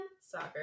Soccer